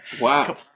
wow